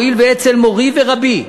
הואיל ואצל מורי ורבי,